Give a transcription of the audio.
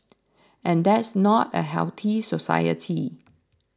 and that's not a healthy society